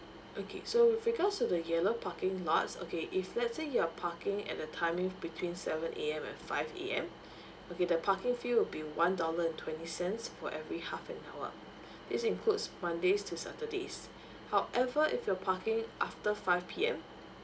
okay so with regards to the yellow parking lots okay if let's say you are parking at the timings between seven A_M and five A_M okay the parking fee will be one dollar and twenty cents for every half an hour this includes mondays to saturdays however if you're parking after five P_M